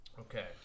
Okay